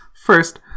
First